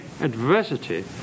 adversity